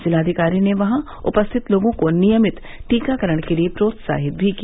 जिलाधिकारी ने वहां उपस्थित लोगों को नियमित टीकाकरण के लिए प्रोत्साहित भी किया